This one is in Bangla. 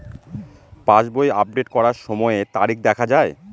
পাসবই আপডেট করার সময়ে তারিখ দেখা য়ায়?